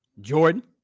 Jordan